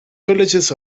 villages